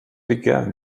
began